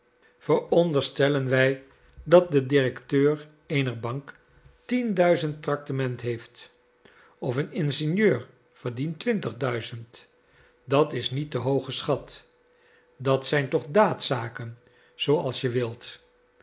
veronderstellen wij dat de directeur eener bank tienduizend tractement heeft of een ingenieur verdient twintigduizend dat is niet te hoog geschat dat zijn toch daadzaken zooals je wilt